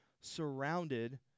surrounded